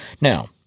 Now